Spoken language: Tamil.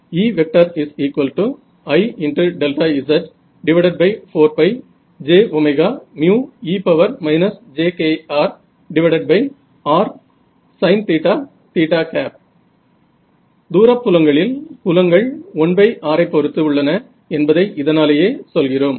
EIzje jkrr sin தூரப் புலங்களில் புலங்கள் 1r ஐப் பொருத்து உள்ளன என்பதை இதனாலேயே சொல்கிறோம்